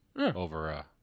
over